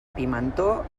pimentó